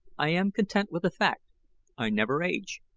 i am content with the fact i never age,